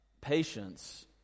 Patience